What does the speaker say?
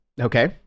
Okay